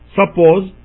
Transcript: suppose